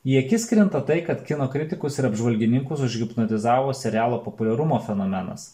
į akis krinta tai kad kino kritikus ir apžvalgininkus užhipnotizavo serialo populiarumo fenomenas